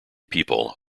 people